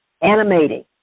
animating